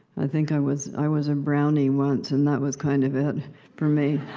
think i was i was a brownie once, and that was kind of it for me.